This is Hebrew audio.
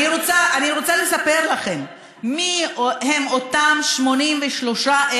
אני רוצה לספר לכם מיהם אותם 83,000,